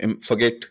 forget